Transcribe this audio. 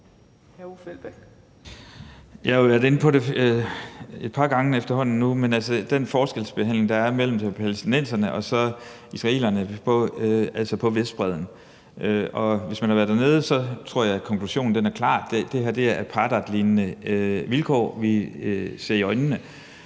Jeg har været inde på det et par gange efterhånden nu: den forskelsbehandling, der er, mellem palæstinenserne og israelerne på Vestbredden. Og hvis man har været dernede, tror jeg, at konklusionen er klar: Det er apartheidlignende vilkår, vi ser her.